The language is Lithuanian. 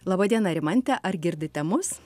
laba diena rimante ar girdite mus